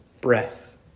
breath